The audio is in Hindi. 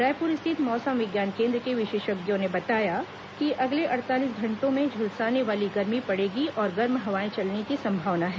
रायपुर स्थित मौसम विज्ञान केन्द्र के विशेषज्ञों ने बताया कि अगले अड़तालीस घंटों में झुलसाने वाली गर्मी पड़ेगी और गर्म हवाएं चलने की संभावना है